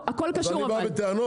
אני לא בא בטענות.